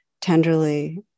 tenderly